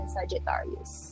Sagittarius